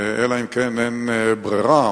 אלא אם כן אין ברירה.